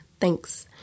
Thanks